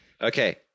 Okay